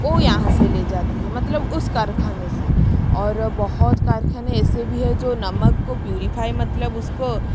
ओ यहाँ से ले जाती है मतलब उस कारखाने से और बहुत कारखाने ऐसे भी है जो नमक को प्यूरिफ़ाई मतलब उसको